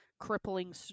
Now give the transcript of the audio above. crippling